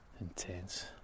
intense